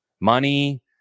Money